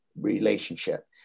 relationship